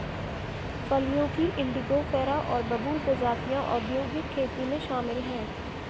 फलियों की इंडिगोफेरा और बबूल प्रजातियां औद्योगिक खेती में शामिल हैं